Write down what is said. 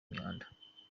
imihanda